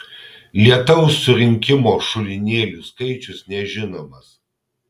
lietaus surinkimo šulinėlių skaičius nežinomas